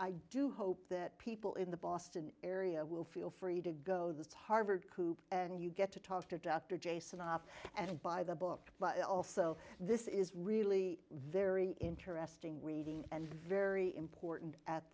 i do hope that people in the boston area will feel free to go the harvard coop and you go to talk to dr jason off and buy the book also this is really very interesting reading and very important at